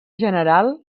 general